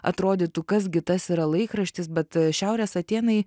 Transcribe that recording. atrodytų kas gi tas yra laikraštis bet šiaurės atėnai